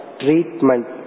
treatment